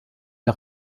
der